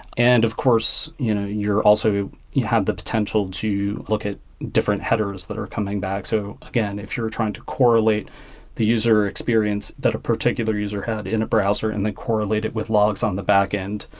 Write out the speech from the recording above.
and of course, you know also you have the potential to look at different headers that are coming back. so again, if you're trying to correlate the user experience that a particular user had in a browser and then correlate it with logs on the backend,